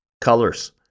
colors